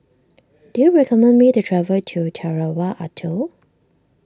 do you recommend me to travel to Tarawa Atoll